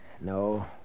No